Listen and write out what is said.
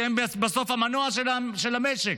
שהם בסוף המנוע של המשק.